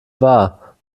war